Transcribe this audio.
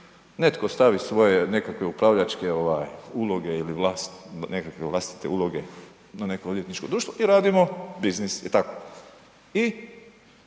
netko stavi svoje nekakve upravljačke uloge ili nekakve vlastite uloge na neko odvjetničko društvo i radimo biznis i tako i